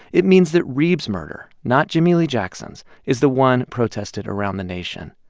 it means that reeb's murder, not jimmie lee jackson's, is the one protested around the nation.